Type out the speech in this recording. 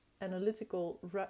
analytical